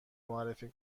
معرفی